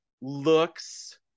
looks